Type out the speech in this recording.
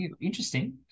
interesting